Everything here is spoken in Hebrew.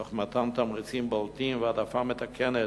תוך מתן תמריצים מהותיים והעדפה מתקנת,